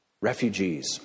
refugees